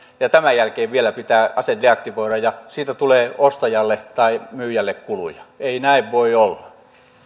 vaan tämän jälkeen vielä pitää ase deaktivoida ja siitä tulee ostajalle tai myyjälle kuluja ei näin voi olla